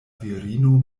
virino